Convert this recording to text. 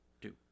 Two